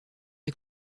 est